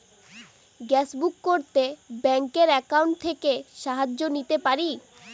Gas book করতে ব্যাংকের account থেকে সাহায্য নিতে পারি?